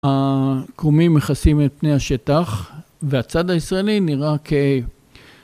הקרומים מכסים את פני השטח והצד הישראלי נראה כ...